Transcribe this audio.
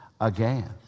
again